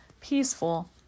peaceful